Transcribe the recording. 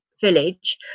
village